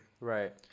right